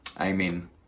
Amen